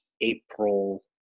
April